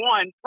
One